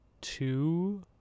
two